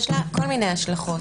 יש לה כל מיני השלכות.